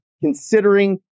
considering